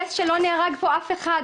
קרוב ל-250 תושבים,